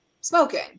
smoking